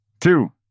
two